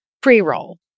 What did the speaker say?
pre-roll